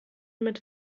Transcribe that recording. mit